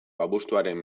abuztuaren